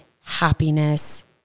happiness